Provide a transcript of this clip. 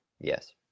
Yes